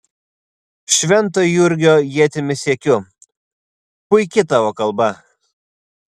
švento jurgio ietimi siekiu puiki tavo kalba